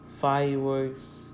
fireworks